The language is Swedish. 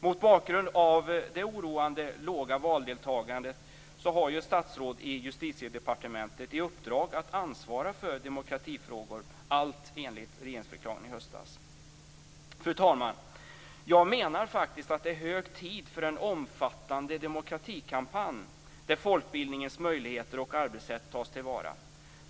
Mot bakgrund av det oroande låga valdeltagandet har ett statsråd i Justitiedepartementet i uppdrag att ansvara för demokratifrågor, allt enligt regeringsförklaringen i höstas. Fru talman! Jag menar faktiskt att det är hög tid för en omfattande demokratikampanj där folkbildningens möjligheter och arbetssätt tas till vara.